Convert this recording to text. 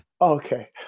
okay